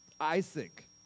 Isaac